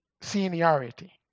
seniority